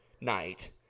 night